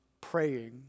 praying